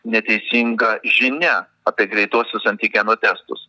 neteisinga žinia apie greituosius antigeno testus